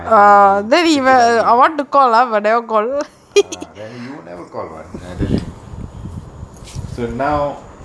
err he take it lightly ah then you never call [one] I tell him so now